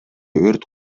өрт